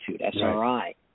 SRI